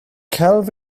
celf